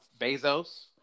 Bezos